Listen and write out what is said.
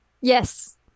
Yes